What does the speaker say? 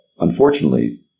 Unfortunately